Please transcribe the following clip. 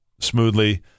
smoothly